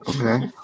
okay